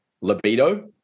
libido